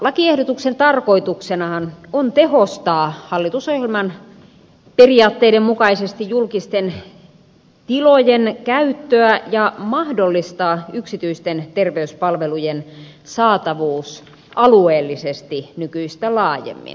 lakiehdotuksen tarkoituksenahan on tehostaa hallitusohjelman periaatteiden mukaisesti julkisten tilojen käyttöä ja mahdollistaa yksityisten terveyspalvelujen saatavuus alueellisesti nykyistä laajemmin